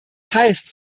heißt